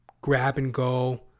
grab-and-go